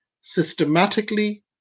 systematically